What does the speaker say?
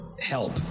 help